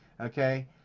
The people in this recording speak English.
okay